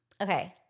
okay